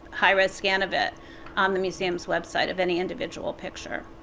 high-res scan of it on the museum's website of any individual picture.